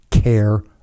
care